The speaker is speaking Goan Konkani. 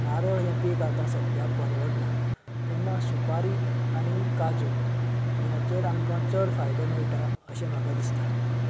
नारळ हें पीक सद्या परवडना तेन्ना सुपारी आनी काजू ह्याचेर आमकां चड फायदे मेळटा अशे म्हाका दिसता